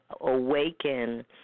awaken